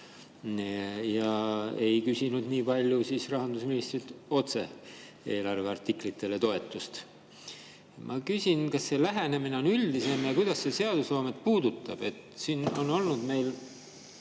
te ei küsinud rahandusministrilt nii palju otse eelarveartiklitele toetust. Ma küsin, kas see lähenemine on üldisem ja kuidas see seadusloomet puudutab. Siin on olnud meil